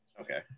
Okay